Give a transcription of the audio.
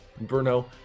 Bruno